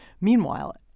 Meanwhile